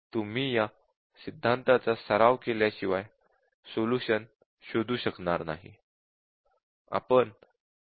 तुम्ही या सिद्धांतांचा सराव केल्याशिवाय सोलूशन शोधू शकणार नाही